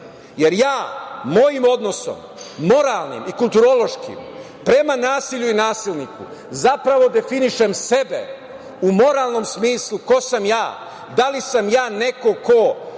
jer ja mojim odnosom moralnim i kulturološkim, prema nasilju i nasilniku, zapravo definišem sebe u moralnom smislu ko sam ja, da li sam ja neko ko